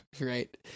right